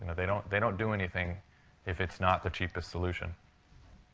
and they don't they don't do anything if it's not the cheapest solution.